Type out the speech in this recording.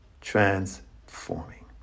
transforming